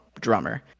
drummer